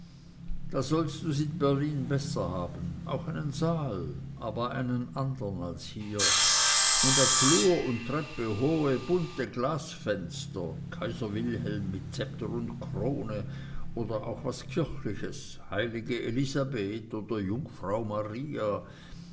da sollst du's in berlin besser haben auch einen saal aber einen andern als hier und auf flur und treppe hohe bunte glasfenster kaiser wilhelm mit zepter und krone oder auch was kirchliches heilige elisabeth oder jungfrau maria